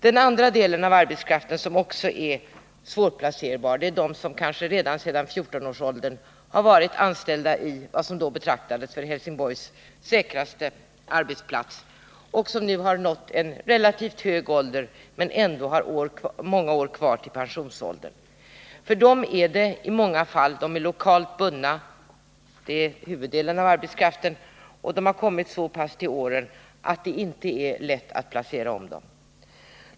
Den andra delen av arbetskraften som också är svårplacerbar utgörs av dem som kanske sedan 14-årsåldern har varit anställda vid vad som då betraktades som Helsingborgs säkraste arbetsplats och som nu har nått en relativt hög ålder men ändå har många år kvar till pensionsåldern. Huvuddelen av dem är lokalt bundna, och de har kommit så pass till åren att det inte är lätt att placera om dem.